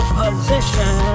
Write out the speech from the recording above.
position